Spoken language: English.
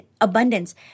abundance